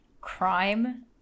crime